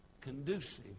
conducive